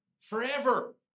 Forever